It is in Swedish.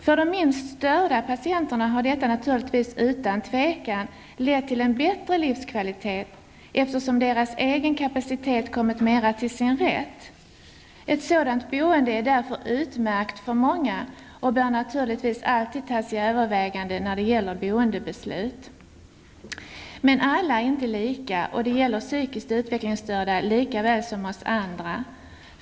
För de minst störda patienterna har detta naturligtvis utan tvivel lett till en bättre livskvalitet, eftersom deras egen kapacitet kommit mera till sin rätt. Ett sådant boende är därför utmärkt för många och bör naturligtvis alltid tas i övervägande när det gäller boendebeslut. Men alla är inte lika, och det gäller psykiskt utvecklingsstörda lika väl som oss andra.